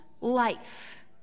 life